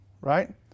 right